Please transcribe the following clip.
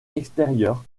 extérieur